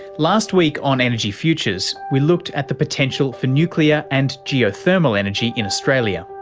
last week on energy futures we looked at the potential for nuclear and geothermal energy in australia.